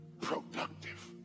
productive